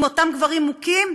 עם אותם גברים מכים,